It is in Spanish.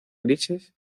grises